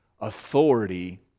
authority